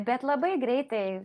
bet labai greitai